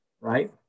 right